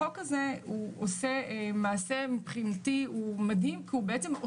החוק המדובר הוא מדהים כי הוא אוסף